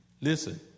Listen